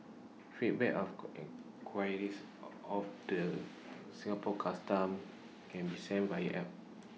feedback of queries of the Singapore Customs can be sent via app